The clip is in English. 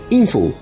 info